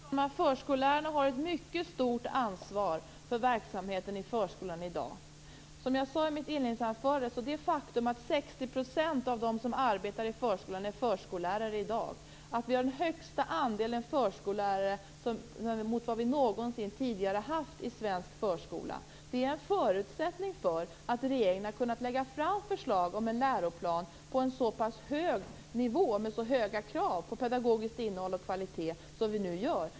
Fru talman! Förskollärarna har ett mycket stort ansvar för verksamheten i förskolan i dag. Jag sade i mitt inledningsanförande att faktum är att 60 % av dem som arbetar i förskolan i dag är förskollärare. Vi har i dag en större andel förskollärare än vi någonsin tidigare har haft i svensk förskola. Det är en förutsättning för att regeringen har kunnat lägga fram förslag om en läroplan på en så pass hög nivå och med så höga krav på pedagogiskt innehåll och kvalitet som vi nu gör.